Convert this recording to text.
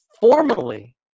formally